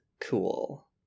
cool